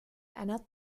einer